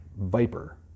viper